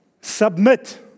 Submit